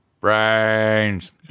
brains